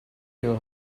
your